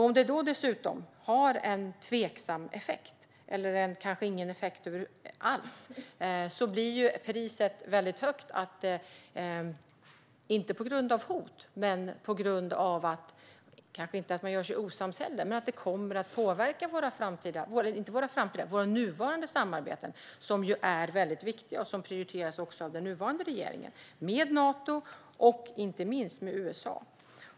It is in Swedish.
Om den dessutom har en tveksam effekt eller kanske ingen effekt alls blir ju priset väldigt högt, inte på grund av hot och kanske inte för att man gör sig osams men för att det kommer att påverka våra nuvarande samarbeten - som ju är viktiga och prioriteras även av den nuvarande regeringen - med Nato och inte minst med USA.